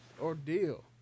ordeal